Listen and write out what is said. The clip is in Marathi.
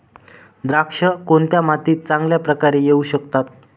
द्राक्षे कोणत्या मातीत चांगल्या प्रकारे येऊ शकतात?